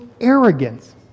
arrogance